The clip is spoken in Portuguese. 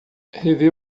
rever